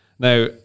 Now